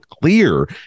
clear